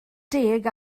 deg